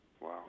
Wow